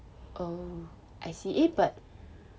oh I see eh but